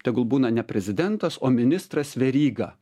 tegul būna ne prezidentas o ministras veryga